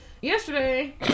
yesterday